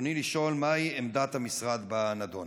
רצוני לשאול: מהי עמדת המשרד בנדון?